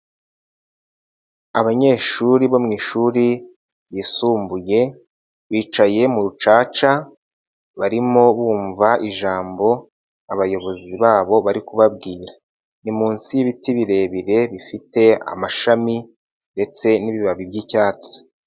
Abanyeshuri bo mu ishuri ryisumbuye bicaye mu rucaca barimo bumva ijambo abayobozi babo bari kubabwira. Ni munsi y'ibiti birebire bifite amashami ndetse n'ibibabi by'icyatsi.